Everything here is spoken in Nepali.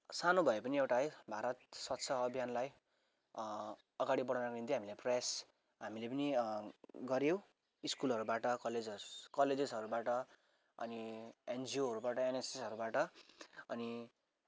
सानो भए पनि एउटा है भारत स्वच्छ अभियानलाई अगाडि बढाउनको निम्ति हामीले प्रयास हामीले पनि गऱ्यौँ स्कुलहरूबाट कलेज कलेजेसहरूबाट अनि एनजिओहरूबाट एनएसएसहरूबाट अनि